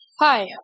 Hi